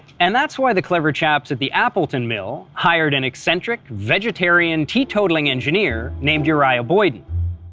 and that's why the clever chaps at the appleton mill hired an eccentric, vegetarian, tee-totaling engineer named uriah boyden.